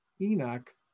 Enoch